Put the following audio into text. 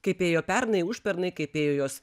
kaip ėjo pernai užpernai kaip ėjo jos